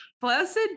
Blessed